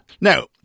Now